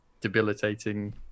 debilitating